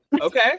Okay